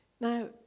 Now